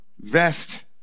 vest